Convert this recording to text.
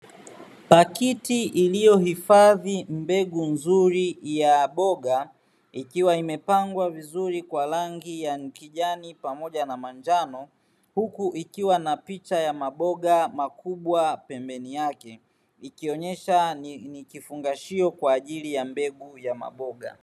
Pakiti iliyohifadhi mbegu nzuri ya mboga ikiwa imepangwa vizuri kwa rangi ya kijani pamoja na manjano, huku ikiwa na picha ya maboga makubwa pembeni yake ikionyesha ni kifungashio kwa ajili ya mbegu ya maboga.